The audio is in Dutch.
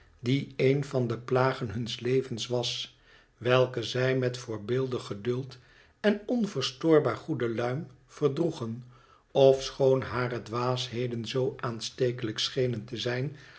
die een van de plagen huns levens was welke zij met voorbeeldig geduld en onverstoorbaar goede luim verdroegen ofech oon hare dwaasheden zoo aanstekelijk schenen te zijn